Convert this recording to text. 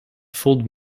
fooled